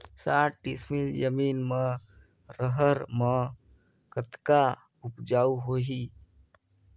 साठ डिसमिल जमीन म रहर म कतका उपजाऊ होही?